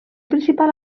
principal